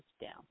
down